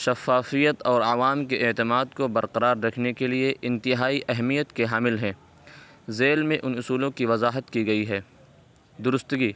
شفافیت اور عوام کے اعتماد کو برقرار رکھنے کے لیے انتہائی اہمیت کے حامل ہیں ذیل میں ان اصولوں کی وضاحت کی گئی ہے درستگی